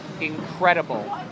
incredible